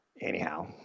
Anyhow